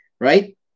right